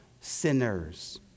sinners